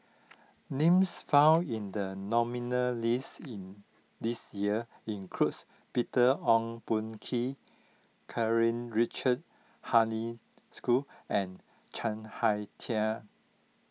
names found in the nominees' list in this year includes Peter Ong Boon Kwee Karl Richard Hanitsch and Chuang Hui Tsuan